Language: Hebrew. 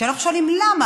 וכשאנחנו שואלים למה,